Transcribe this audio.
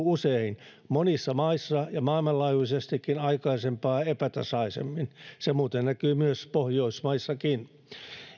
usein monissa maissa ja maailmanlaajuisestikin aikaisempaa epätasaisemmin se muuten näkyy myös pohjoismaissa